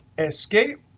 escape.